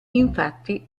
infatti